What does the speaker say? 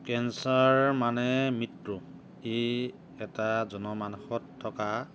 cancer মানে মৃত্যু ই এটা জনমানসত থকা